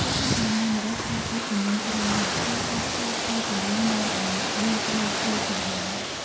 ដូច្នេះដំណាំម្រេច ប្រើប្រាស់ជន្លង់ ច្រើនណាស់ ការកាប់ឈើធ្វើជន្លង់នាំឱ្យវាលព្រៃឈើផងដែរ។